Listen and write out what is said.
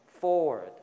forward